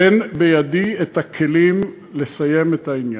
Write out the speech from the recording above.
תן בידי את הכלים לסיים את העניין.